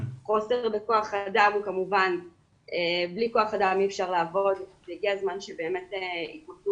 בלי כוח-אדם אי אפשר לעבוד והגיע הזמן שבאמת יתמקדו